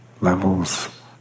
levels